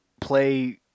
play